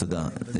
תודה.